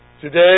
Today